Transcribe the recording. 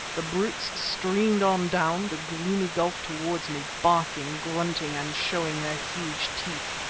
the brutes streamed on down the gloomy gulf towards me, barking, grunting, and showing their huge teeth.